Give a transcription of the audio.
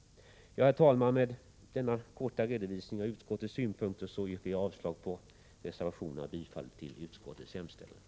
Herr talman! Med denna korta redovisning av utskottets synpunkter yrkar jag avslag på reservationen och bifall till utskottets hemställan.